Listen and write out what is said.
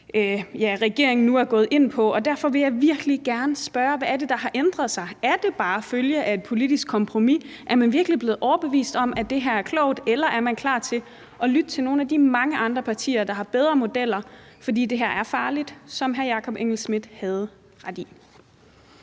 regeringen nu er gået ind på, og derfor vil jeg virkelig gerne spørge: Hvad er det, der har ændret sig? Er det bare en følge af et politisk kompromis? Er man virkelig blevet overbevist om, at det her er klogt, eller er man klar til at lytte til nogle af de mange andre partier, der har bedre modeller? For det her er farligt, og det havde hr. Jakob Engel-Schmidt ret i.